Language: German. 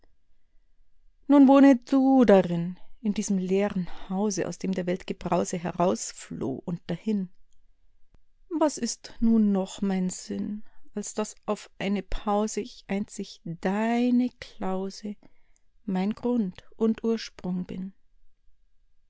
nun wohne du darin in diesem leeren hause aus dem der welt gebrause herausfloh und dahin was ist nun noch mein sinn als daß auf eine pause ich einzig deine klause mein grund und ursprung bin